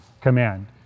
command